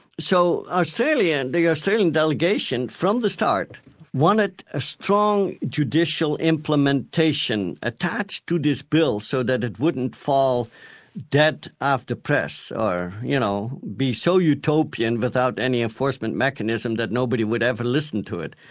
so the australian delegation from the start wanted a strong judicial implementation attached to this bill so that it wouldn't fall dead after press, or you know, be so utopian without any enforcement mechanism, that nobody would ever listen to it.